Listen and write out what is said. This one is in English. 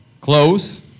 Close